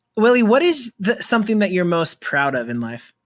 willie, what is something that you're most proud of in life?